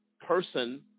person